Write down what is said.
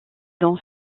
dans